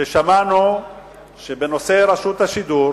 ששמענו שבנושא רשות השידור